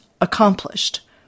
accomplished